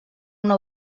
una